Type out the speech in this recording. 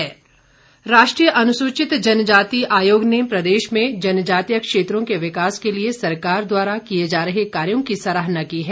अनुसूचित जनजाति राष्ट्रीय अनुसूचित जनजाति आयोग ने प्रदेश में जनजातीय क्षेत्रों के विकास के लिए सरकार द्वारा किए जा रहे कार्यों की सराहना की है